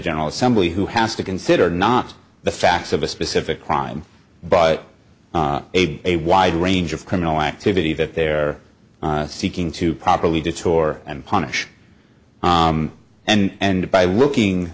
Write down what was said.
general assembly who has to consider not the facts of a specific crime but a wide range of criminal activity that they're seeking to properly detour and punish and by looking